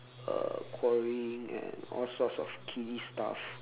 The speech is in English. uh quarrelling and all sorts of kiddy stuff